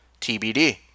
TBD